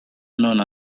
known